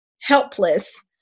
helpless